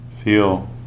Feel